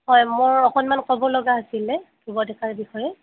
হয় মই অকণমান ক'ব লগা আছিলে ধ্ৰুৱ ডেকাৰ বিষয়ে